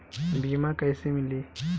बीमा कैसे मिली?